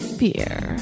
beer